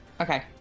okay